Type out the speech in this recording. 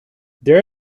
there